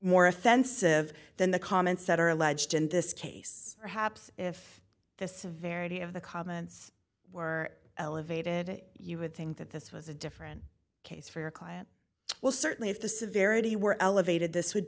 more offensive than the comments that are alleged in this case perhaps if the severity of the comments were elevated you would think that this was a different case for your client well certainly if the severity were elevated this would